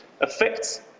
affects